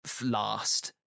last